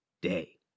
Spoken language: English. Day